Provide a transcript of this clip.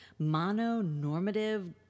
mononormative